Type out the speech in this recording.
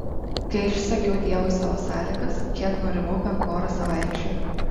kai išsakiau dievui savo sąlygas kiek nurimau bent porą savaičių